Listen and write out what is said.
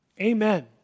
Amen